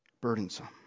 burdensome